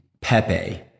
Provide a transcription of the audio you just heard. Pepe